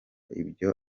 ibyo